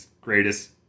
greatest